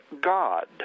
God